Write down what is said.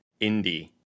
Indie